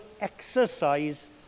exercise